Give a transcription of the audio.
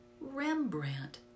Rembrandt